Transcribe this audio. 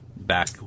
back